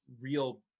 real